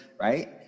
right